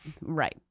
right